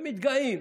ומתגאים